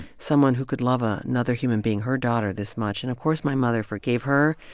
someone who could love ah another human being, her daughter, this much. and of course my mother forgave her.